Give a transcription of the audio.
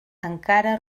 encara